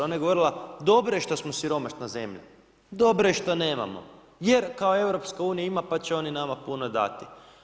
Ona je govorila dobro je što smo siromašna zemlja, dobro je što nemamo jer kao EU ima pa će oni nama puno dati.